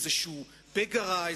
איזשהו פגע רע,